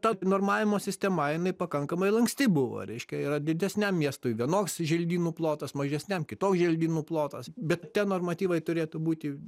ta normavimo sistema jinai pakankamai lanksti buvo reiškia yra didesniam miestui vienoks želdynų plotas mažesniam kitoks želdynų plotas bet tie normatyvai turėtų būti